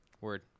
Word